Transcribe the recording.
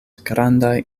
grandaj